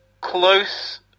close